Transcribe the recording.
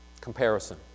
Comparison